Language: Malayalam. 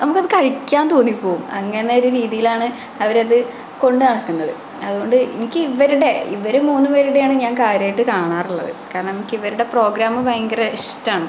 നമുക്കത് കഴിക്കാൻ തോന്നിപ്പോകും അങ്ങനൊരു രീതിയിലാണ് അവരത് കൊണ്ടു നടക്കുന്നത് അതുകൊണ്ട് എനിക്കിവരുടെ ഇവർ മൂന്നു പേരുടെയാണ് ഞാൻ കാര്യമായിട്ട് കാണാറുള്ളത് കാരണം എനിക്കിവരുടെ പ്രോഗ്രാം ഭയങ്കര ഇഷ്ടമാണ്